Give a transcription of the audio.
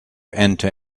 enter